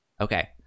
Okay